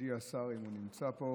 מכובדי השר, אם הוא נמצא פה,